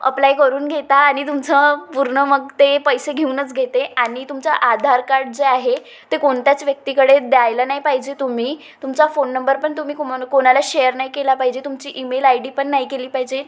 apply करून घेता आणि तुमचं पूर्ण मग ते पैसे घेऊनच घेते आणि तुमचा आधार कार्ड जे आहे ते कोणत्याच व्यक्तीकडे द्यायला नाही पाहिजे तुम्ही तुमचा फोन नंबर पण तुम्ही कुम कोणाला शेअर नाही केला पाहिजे तुमची ईमेल आय डी पण नाही केली पाहिजे